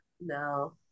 No